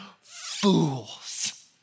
fools